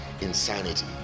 insanity